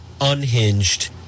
unhinged